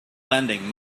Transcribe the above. lending